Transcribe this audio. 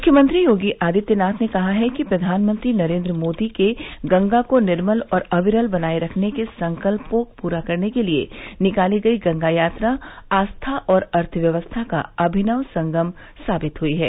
मुख्यमंत्री योगी आदित्यनाथ ने कहा कि प्रधानमंत्री नरेंद्र मोदी के गंगा को निर्मल और अविरल बनाए रखने के संकल्प को पूरा करने के लिए निकाली गयी गंगा यात्रा आस्था और अर्थव्यवस्था का अभिनव संगम साबित हुई है